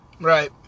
Right